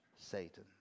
Satan